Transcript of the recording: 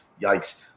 Yikes